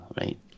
right